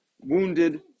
wounded